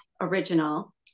original